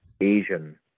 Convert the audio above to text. Asian